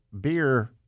beer